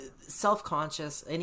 self-conscious